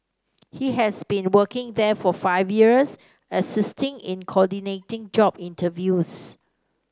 he has been working there for five years assisting in coordinating job interviews